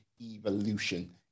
evolution